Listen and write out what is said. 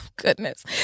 goodness